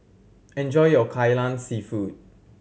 enjoy your Kai Lan Seafood